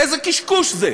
איזה קשקוש זה?